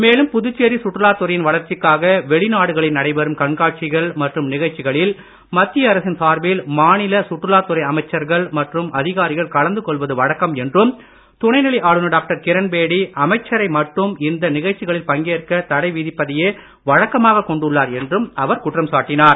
மேலும் புதுச்சேரி சுற்றுலாத்துறையின் வளர்ச்சிக்காக வெளிநாடுகளில் நடைபெறும் கண்காட்சிகள் மற்றும் நிகழ்ச்சிகளில் மத்திய அரசின் சார்பில் மாநில சுற்றுலாத்துறை அமைச்சர்கள் மற்றும் அதிகாரிகள் கலந்து கொள்வது வழக்கம் என்றும் துணைநிலை ஆளுநர் டாக்டர் கிரண்பேடி அமைச்சரை மட்டும் இந்த நிகழ்ச்சிகளில் பங்கேற்க தடைவிதிப்பதையே வழக்கமாக கொண்டுள்ளார் என்றும் குற்றம் சாட்டினார்